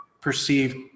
perceived